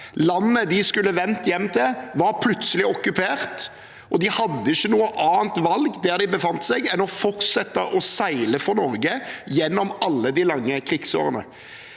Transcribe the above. Landet de skulle vendt hjem til, var plutselig okkupert, og de hadde ikke noe annet valg der de befant seg, enn å fortsette å seile for Norge gjennom alle de lange krigsårene.